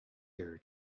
easier